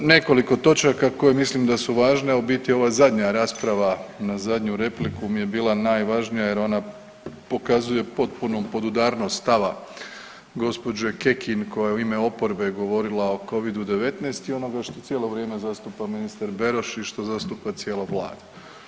Nekoliko točaka koje mislim da su važne, a u biti ova zadnja rasprava na zadnju repliku mi je bila najvažnija jer ona pokazuje potpunu podudarnost stava gospođe Kekin koja je u ime oporbe govorila o covidu 19 i onoga što cijelo vrijeme zastupa ministar Beroš i što zastupa cijela Vlada.